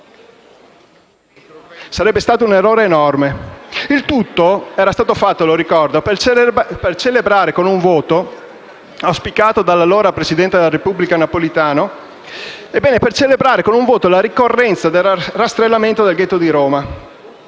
Sarebbe stato un errore enorme. Ricordo che il tutto era stato fatto per celebrare con un voto, auspicato dall'allora presidente della Repubblica Napolitano, la ricorrenza del rastrellamento del ghetto di Roma.